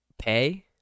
pay